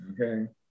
Okay